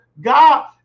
god